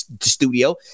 studio